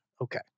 Okay